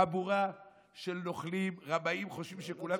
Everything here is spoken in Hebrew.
חבורה של נוכלים, רמאים, חושבים שכולם